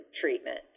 treatment